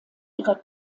ihrer